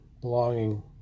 belonging